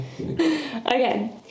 Okay